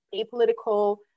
apolitical